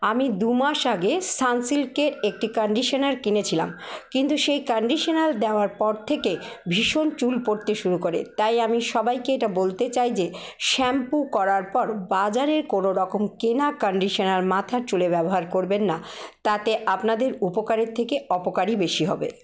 আমি দু মাস আগে সানসিল্কের একটি কন্ডিশানার কিনেছিলাম কিন্তু সেই কন্ডশানার দেওয়ার পর থেকে ভীষণ চুল পড়তে শুরু করে তাই আমি সবাইকে এটা বলতে চাই যে শ্যাম্পু করার পর বাজারের কোনোরকম কেনা কন্ডিশানার মাথার চুলে ব্যবহার করবেন না তাতে আপনাদের উপকারের থেকে অপকারই বেশি হবে